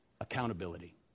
Accountability